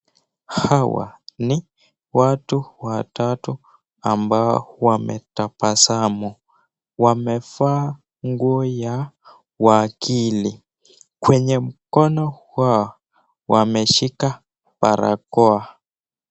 Hawa ni watu watatu ambao wametabasamu, wamevaa nguo ya wakili. Kwenye mkono wao ,wameshika barakoa.